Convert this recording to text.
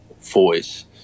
voice